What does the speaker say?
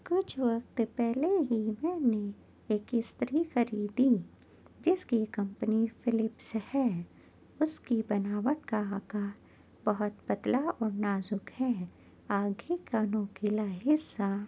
کچھ وقت پہلے ہی میں نے ایک استری خریدی جس کی کمپنی فلپس ہے اس کی بناوٹ کا آکار بہت پتلا اور نازک ہے آگے کا نکیلا حصہ